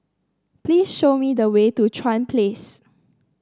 please show me the way to Chuan Place